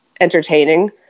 entertaining